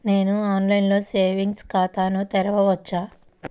నేను ఆన్లైన్లో సేవింగ్స్ ఖాతాను తెరవవచ్చా?